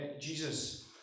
Jesus